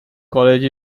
college